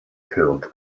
held